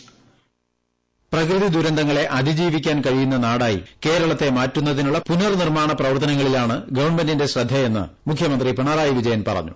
voice പ്രകൃതിദുരന്തങ്ങളെ അതിജീവിക്കാൻ കഴിയുന്ന നാടായി കേരളത്തെ മാറ്റുന്നതിനുള്ള പുനഃനിർമാണ പ്രവർത്തനങ്ങളിലാണ് ഗവൺമെന്റിന്റെ ശ്രദ്ധയെന്ന് മുഖ്യമന്ത്രി പിണറായി വിജയൻ പറഞ്ഞു